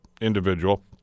individual